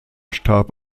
starb